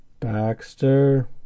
Baxter